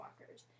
Walkers